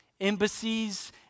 embassies